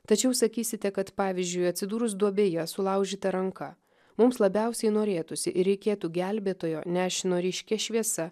tačiau sakysite kad pavyzdžiui atsidūrus duobėje sulaužyta ranka mums labiausiai norėtųsi ir reikėtų gelbėtojo nešino ryškia šviesa